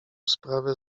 sprawę